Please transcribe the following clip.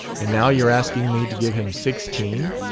and now you're asking me to give him sixteen.